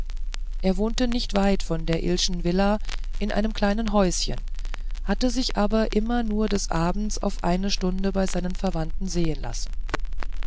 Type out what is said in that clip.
er wohnte nicht weit von der illschen villa in einem eigenen häuschen hatte sich aber immer nur des abends auf eine stunde bei seinen verwandten sehen lassen